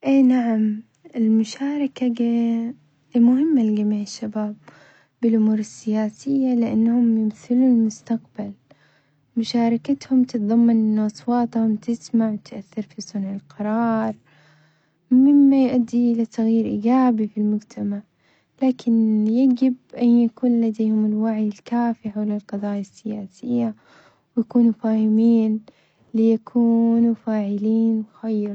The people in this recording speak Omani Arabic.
إي نعم المشاركة ج مهمة لجميع الشباب بالأمور السياسية لأنهم يمثلون المستقبل، مشاركتهم تتظمن أنه أصواتهم تسمع وتأثر في صنع القرار مما يؤدي إلى تغيير إيجابي في المجتمع، لكن يجب أن يكون لديهم الوعي الكافي حول القضايا السياسية، ويكونوا فاهمين ليكونوا فاعلين خير.